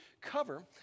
cover